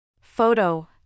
Photo